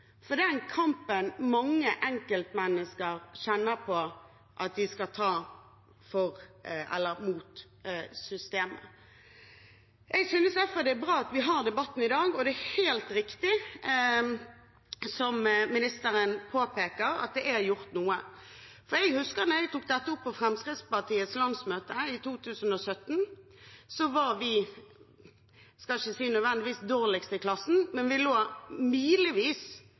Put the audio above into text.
den kampen mange enkeltmennesker kjenner på at de må ta mot systemet. Jeg synes derfor det er bra at vi har debatten i dag. Det er helt riktig som ministeren påpeker, at det er gjort noe, for jeg husker at da jeg tok dette opp på Fremskrittspartiets landsmøte i 2017, var vi, jeg skal ikke si dårligst i klassen, men vi lå milevis